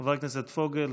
חבר הכנסת פוגל,